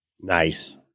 Nice